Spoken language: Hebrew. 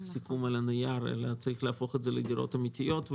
סיכום על הנייר אלא צריך להפוך את זה לדירות אמיתיות.